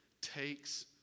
takes